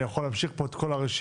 אני יכול להמשיך פה את כל הרשימה.